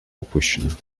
упущена